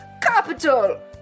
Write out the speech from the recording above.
Capital